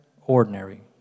ordinary